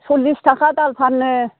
सल्लिस थाखा दाल फानो